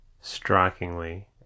strikingly